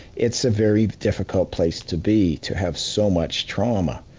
it's a very difficult place to be to have so much trauma.